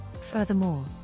Furthermore